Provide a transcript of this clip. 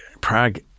Prague